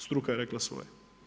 Struka je rekla svoje.